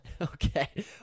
Okay